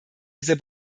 dieser